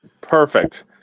Perfect